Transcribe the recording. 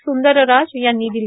सुंदरराज यांनी दिली